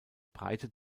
breite